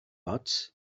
ots